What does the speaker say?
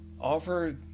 Offer